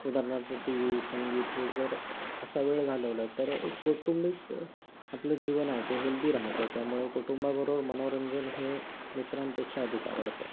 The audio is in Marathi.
उदाहरणार्थ टी वी संगीत हे जर असा वेळ घालवला तर एक कौटुंबिक आपलं जीवन आहे ते हेल्दी राहतं त्यामुळे कुटुंबाबरोबर मनोरंजन हे मित्रांपेक्षा अधिक आवडतं